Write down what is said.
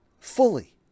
fully